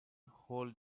hold